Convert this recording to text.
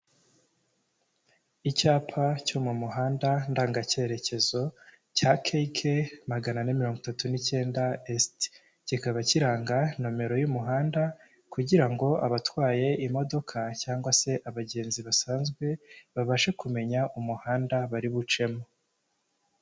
Icyapa cyo mu muhanda ndanga cyerekezo cya ke ke magana ane mirongo itatu n'icyenda esiti, kikaba kiranga nomero y'umuhanda kugira ngo abatwaye imodoka cyangwa se abagenzi basanzwe babashe kumenya umuhanda bari bucemo.